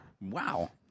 Wow